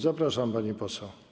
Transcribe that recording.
Zapraszam, pani poseł.